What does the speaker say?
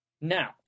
Now